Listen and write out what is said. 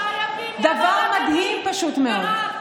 איפה היית שלושה ימים, דבר מדהים, פשוט מאוד.